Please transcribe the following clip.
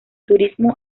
turismo